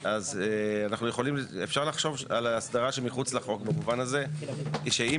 הצעתי שנחשוב על הסדרה מחוץ לחוק במובן הזה שאם